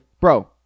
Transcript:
Bro